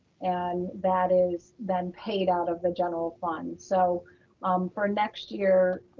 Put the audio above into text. and that is then paid out of the general fund. so for next year,